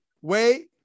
wait